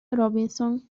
robinson